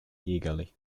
eagerly